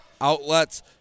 Outlets